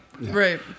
Right